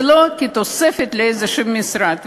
ולא כתוספת לאיזה משרד.